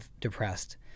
depressed